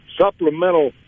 supplemental